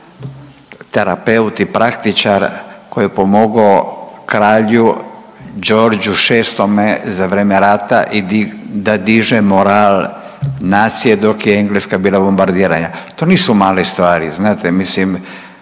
terapeut i praktičar koji je pomogao kralju George VI za vrijeme rata i da diže moral nacije dok je Engleska bila bombardirana. To nisu male stvari. Znate, mislim